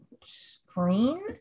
screen